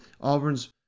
Auburn's